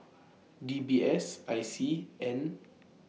D B S I C and